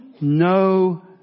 no